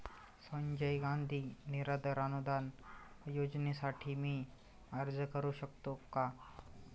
संजय गांधी निराधार अनुदान योजनेसाठी मी अर्ज करू शकतो का?